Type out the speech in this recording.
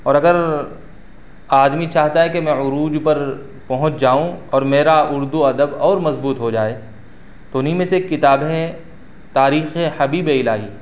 اور اگر آدمی چاہتا ہے کہ میں عروج پر پہنچ جاؤں اور میرا اردو ادب اور مضبوط ہو جائے تو انہیں میں سے ایک کتاب ہے تاریخ حبیب الٰہی